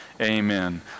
amen